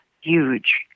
huge